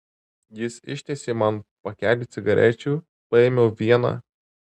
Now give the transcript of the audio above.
jis ištiesė man pakelį cigarečių paėmiau vieną